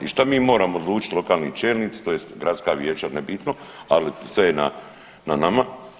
I šta mi moramo odlučiti lokalni čelnici tj. gradska vijeća nebitno, ali sve je na nama.